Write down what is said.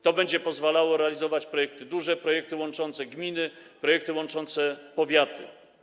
To będzie pozwalało realizować projekty duże, projekty łączące gminy, projekty łączące powiaty.